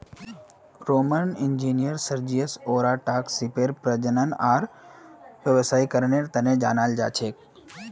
Roman engineer Sergius ओराटाक सीपेर प्रजनन आर व्यावसायीकरनेर तने जनाल जा छे